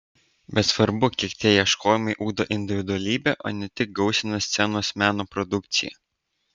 bet svarbu kiek tie ieškojimai ugdo individualybę o ne tik gausina scenos meno produkciją